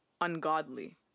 ungodly